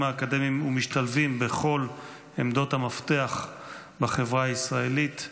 האקדמיים ומשתלבים בכל עמדות המפתח בחברה הישראלית,